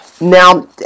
Now